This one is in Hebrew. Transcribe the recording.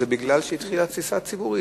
זה מפני שהתחילה התסיסה הציבורית.